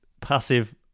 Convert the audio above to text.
passive